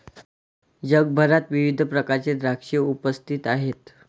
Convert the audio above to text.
जगभरात विविध प्रकारचे द्राक्षे उपस्थित आहेत